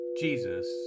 Jesus